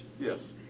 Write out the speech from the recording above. Yes